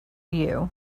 you